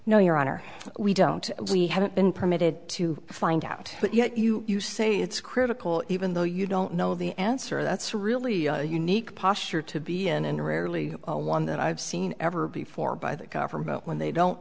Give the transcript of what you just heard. no your honor we don't we haven't been permitted to find out but yet you you say it's critical even though you don't know the answer that's really unique posture to be an unruly one that i've seen ever before by the government when